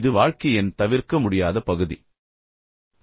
இது தங்கள் வாழ்க்கையின் தவிர்க்க முடியாத பகுதி என்பதை மக்கள் அறிவார்கள்